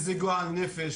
גועל נפש,